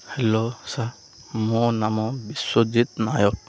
hello sir ମୋ ନାମ ବିଶ୍ଵଜିତ ନାୟକ